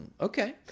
Okay